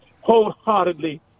wholeheartedly